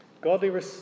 Godly